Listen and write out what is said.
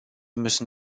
müssen